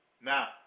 Now